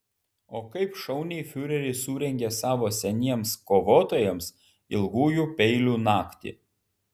o kaip šauniai fiureris surengė savo seniems kovotojams ilgųjų peilių naktį